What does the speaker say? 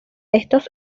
estos